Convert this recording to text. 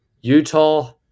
Utah